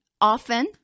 often